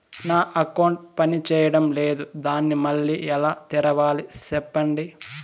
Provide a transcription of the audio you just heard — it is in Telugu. నా అకౌంట్ పనిచేయడం లేదు, దాన్ని మళ్ళీ ఎలా తెరవాలి? సెప్పండి